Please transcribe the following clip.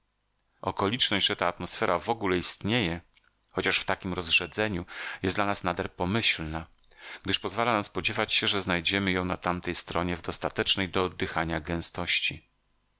okoliczność że ta atmosfera wogóle istnieje chociaż w takiem rozrzedzeniu jest dla nas nader pomyślna gdyż pozwala nam spodziewać się że znajdziemy ją na tamtej stronie w dostatecznej do oddychania gęstości